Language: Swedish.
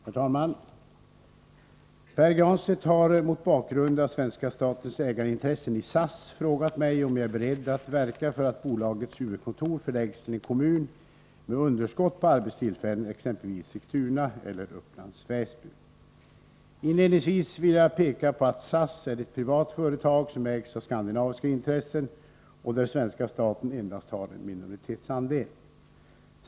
Herr talman! Pär Granstedt har mot bakgrund av svenska statens ägarintressen i SAS frågat mig om jag är beredd att verka för att bolagets huvudkontor förläggs till en kommun med underskott på arbetstillfällen, exempelvis Sigtuna eller Upplands Väsby. Inledningsvis vill jag peka på att SAS är ett privat företag som ägs av skandinaviska intressen och där svenska staten endast har en minoritetsandel.